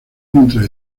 mientras